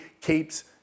keeps